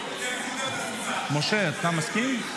משה, אתה מסכים?